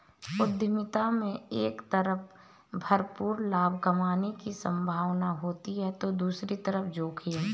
उद्यमिता में एक तरफ भरपूर लाभ कमाने की सम्भावना होती है तो दूसरी तरफ जोखिम